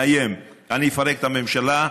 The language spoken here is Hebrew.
מאיים: אני אפרק את הממשלה,